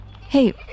Hey